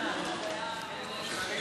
לחלופין,